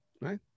right